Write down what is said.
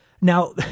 Now